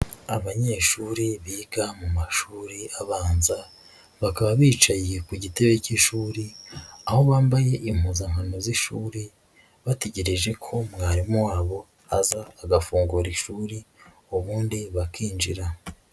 Abanyeshuri biga mu mashuri abanza, bakaba bicaye ku gitebe cy'ishuri, aho bambaye impuzankano z'ishuri, bategereje ko mwarimu wabo aza agafungura ishuri ubundi bakinjira.